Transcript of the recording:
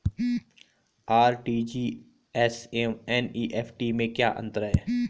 RTGS एवं NEFT में क्या अंतर है?